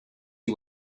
you